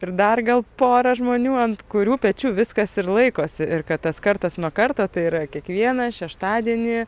ir dar gal pora žmonių ant kurių pečių viskas ir laikosi ir kad tas kartas nuo karto tai yra kiekvieną šeštadienį